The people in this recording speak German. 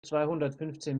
zweihundertfünfzehn